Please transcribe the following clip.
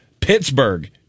Pittsburgh